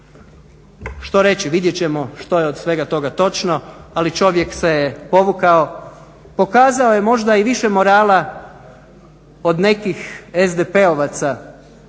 Što reći, vidjet ćemo što je od svega toga točno, ali čovjek se povukao, pokazao je možda i više morala od nekih SDP-ovaca